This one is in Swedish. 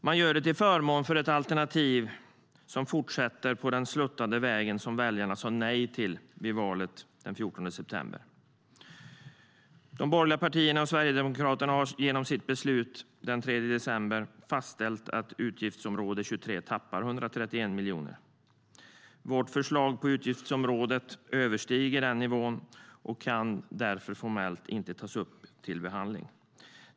Man gör det till förmån för ett alternativ som fortsätter på den sluttande väg som väljarna sa nej till vid valet den 14 september.De borgerliga partierna och Sverigedemokraterna har genom sitt beslut den 3 december fastställt att utgiftsområde 23 tappar 131 miljoner. Vårt förslag på utgiftsområdet överstiger denna nivå och kan därför formellt inte tas upp till behandling.